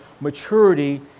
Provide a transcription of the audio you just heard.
maturity